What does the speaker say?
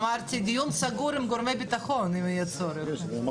אמרתי דיון סגור עם גורמי ביטחון אם יהיה צורך.